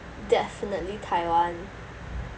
definitely taiwan